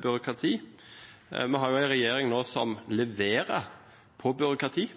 byråkrati. Vi har jo nå en regjering som leverer på byråkrati